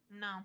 no